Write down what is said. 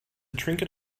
trinket